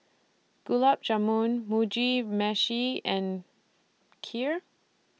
Gulab Jamun Mugi Meshi and Kheer